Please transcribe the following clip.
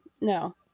No